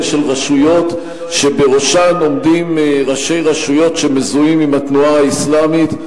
של רשויות שבראשן עומדים ראשי רשויות שמזוהים עם התנועה האסלאמית.